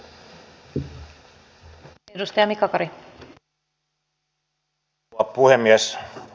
arvoisa rouva puhemies